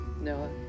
Noah